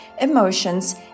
emotions